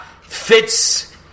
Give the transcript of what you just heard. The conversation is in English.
Fits